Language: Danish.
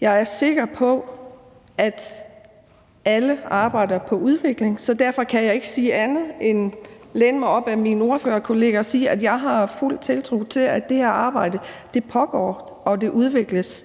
Jeg er sikker på, at alle arbejder på en udvikling, så derfor kan jeg ikke andet end at læne mig op ad mine ordførerkollegaer og sige, at jeg har fuld tiltro til, at det her arbejde pågår, og at det udvikles